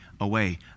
away